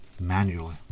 manually